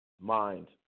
mind